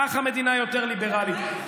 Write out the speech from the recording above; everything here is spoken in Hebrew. כך המדינה יותר ליברלית.